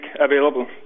available